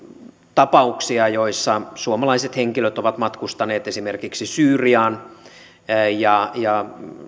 tapauksia joissa suomalaiset henkilöt ovat matkustaneet esimerkiksi syyriaan ja ja